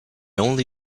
only